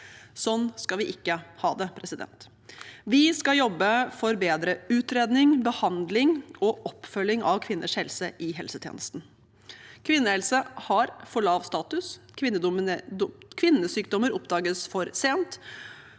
Sånn skal vi ikke ha det. Vi skal jobbe for bedre utredning, behandling og oppfølging av kvinners helse i helsetjenesten. Kvinnehelse har for lav status, og kvinnesykdommer oppdages for sent.